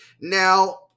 Now